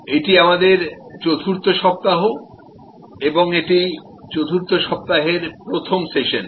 এটি আমাদের চতুর্থ সপ্তাহ এবং এটি চতুর্থ সপ্তাহের প্রথম সেশন